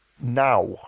now